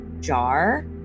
jar